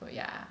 but yeah